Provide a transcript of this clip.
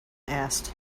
asked